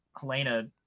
helena